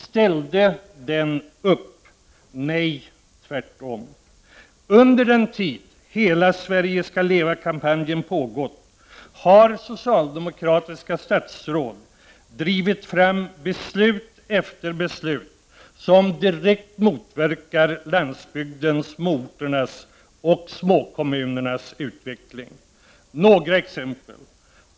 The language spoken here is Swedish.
Ställde den upp? Nej, tvärtom. Under den tid som kampanjen ”Hela Sverige skall leva” har pågått, har socialdemokratiska statsråd drivit fram beslut efter beslut som direkt motverkar landsbygdens, småorternas och småkommunernas utveckling. Jag skall ta några exempel.